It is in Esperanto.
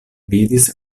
vidis